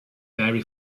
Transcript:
dairy